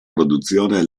produzione